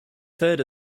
third